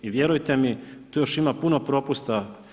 I vjerujte mi, tu još ima puno propusta.